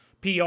PR